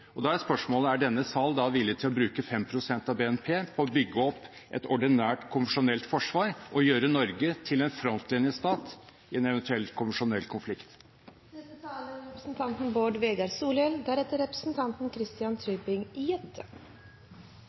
Da er spørsmålet: Er denne sal da villig til å bruke 5 pst. av BNP på å bygge opp et ordinært konvensjonelt forsvar og gjøre Norge til en frontlinjestat i en eventuell konvensjonell konflikt? Det humanitære initiativet er